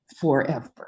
forever